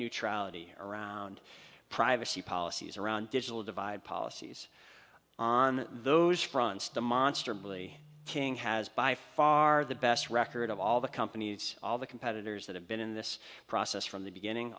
neutrality around privacy policies around digital divide policies on those fronts demonstrably king has by far the best record of all the companies all the competitors that have been in this process from the beginning